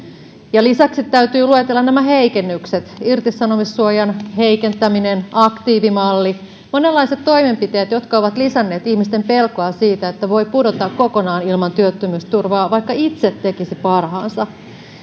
lisäksi täytyy luetella nämä heikennykset irtisanomissuojan heikentäminen aktiivimalli monenlaiset toimenpiteet jotka ovat lisänneet ihmisten pelkoa siitä että voi pudota kokonaan ilman työttömyysturvaa vaikka itse tekisi parhaansa